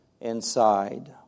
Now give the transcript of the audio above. inside